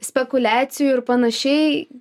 spekuliacijų ir panašiai